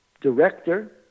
director